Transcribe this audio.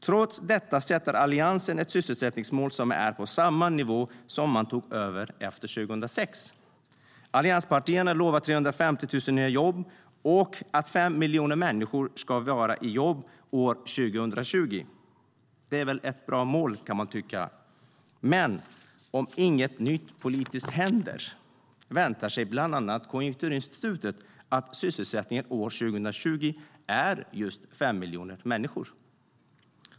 Trots detta sätter Alliansen ett sysselsättningsmål som är på samma nivå som när man tog över efter 2006.Allianspartierna lovar 350 000 nya jobb och att 5 miljoner människor ska vara i jobb år 2020. Det är väl ett bra mål, kan man tycka. Men om inget nytt politiskt händer väntar sig bland annat Konjunkturinstitutet att sysselsättningen år 2020 är just 5 miljoner människor.